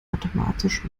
mathematisch